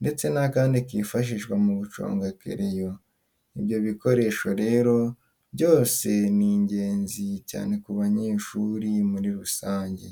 ndetse n'akandi kifashishwa mu guconga kereyo. Ibyo bikoresho rero byose ni ingenzi cyane ku banyeshuri muri rusange.